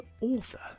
author